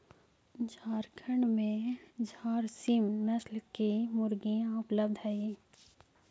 झारखण्ड में झारसीम नस्ल की मुर्गियाँ उपलब्ध हई